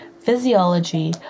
physiology